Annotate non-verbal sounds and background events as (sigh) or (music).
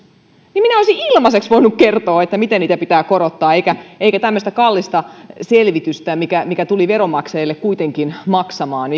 niin minä olisin ilmaiseksi voinut kertoa miten niitä pitää korottaa eikä olisi tarvittu tämmöistä kallista selvitystä mikä mikä tuli veronmaksajille kuitenkin maksamaan (unintelligible)